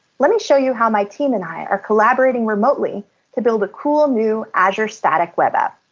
let me show you how my team and i are collaborating remotely to build a cool new azure static web app.